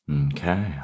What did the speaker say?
Okay